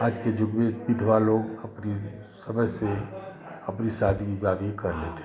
आज के युग में विधवा लोग अपने समय से अपनी शादी वादी कर लेती हैं